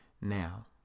now